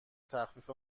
تخفیف